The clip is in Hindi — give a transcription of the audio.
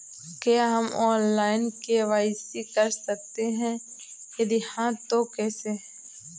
क्या हम ऑनलाइन के.वाई.सी कर सकते हैं यदि हाँ तो कैसे?